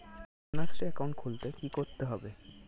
Kanyashree account খুলতে কী করতে হবে?